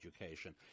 education